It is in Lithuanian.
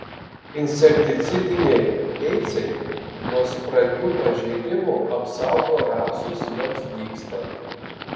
insekticidiniai beicai nuo spragių pažeidimų apsaugo rapsus jiems dygstant